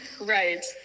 Right